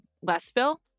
Westville